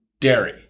dairy